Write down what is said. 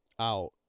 out